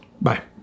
Bye